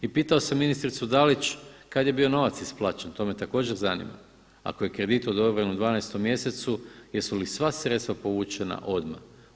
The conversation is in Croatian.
I pitao sam ministricu Dalić, kada je bio novac isplaćen to me također zanima, ako je kredit odobren u 12. mjesecu jesu li sva sredstva povučena odmah?